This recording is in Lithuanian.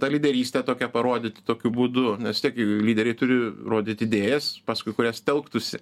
tą lyderystę tokią parodyt tokiu būdu nes vis tiek lyderiai turi rodyt idėjas paskui kurias telktųsi